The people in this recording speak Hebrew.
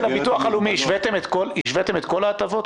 לביטוח הלאומי השוויתם את כל ההטבות,